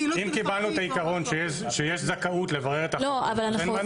אם קיבלנו את העיקרון שיש זכאות לברר את --- אז אין מנוס.